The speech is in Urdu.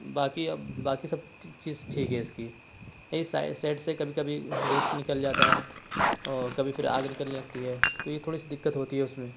باقی اب باقی سب چیز ٹھیک ہی ہے اس کی ایسا سائیڈ سے کبھی کبھی گیس نکل جاتا ہے اور کبھی پھر آگ نکل جاتی ہے تو یہ تھوڑی سی دقت ہے ہوتی ہے اس میں